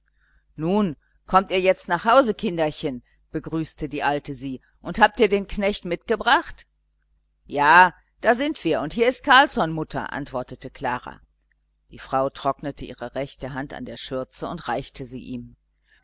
nun kommt ihr jetzt nach hause kinderchen begrüßte die alte sie und habt ihr den knecht mitgebracht ja da sind wir und hier ist carlsson mutter antwortete klara die frau trocknete ihre rechte hand an der schürze und reichte sie ihm